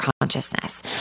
consciousness